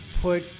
put